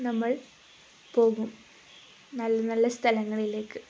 നമ്മൾ പോകും നല്ല നല്ല സ്ഥലങ്ങളിലേക്ക്